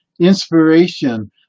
inspiration